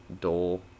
Dole